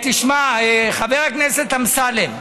תשמע, חבר הכנסת אמסלם,